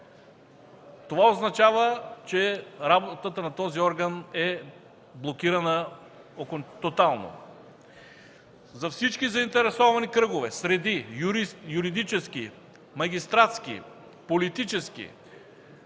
Това означава, че работата на този орган е блокирана тотално. За всички заинтересовани кръгове, среди – юридически, магистратски, политически,